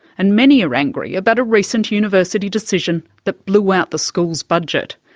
and many are angry about a recent university decision that blew out the school's budget.